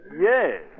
Yes